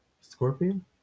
Scorpion